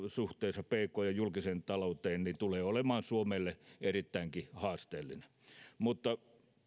suhteessa bkthen ja julkiseen talouteen tulee olemaan suomelle erittäinkin haasteellinen